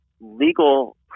legal